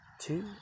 two